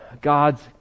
God's